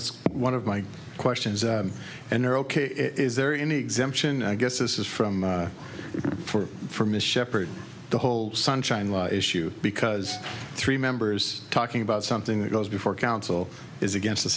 was one of my questions and they're ok is there any exemption i guess this is from for from a shepherd the whole sunshine law issue because three members talking about something that goes before counsel is against the